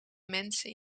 mensen